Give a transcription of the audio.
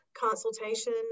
consultation